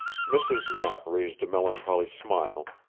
mrs. knapp raised a melancholy smile,